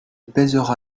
pèsera